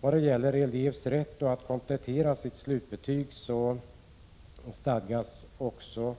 Vad gäller elevs rätt att komplettera sitt slutbetyg stadgas nu